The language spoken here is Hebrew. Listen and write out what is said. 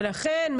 לכן,